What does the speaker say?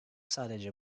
sadece